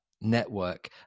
network